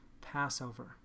Passover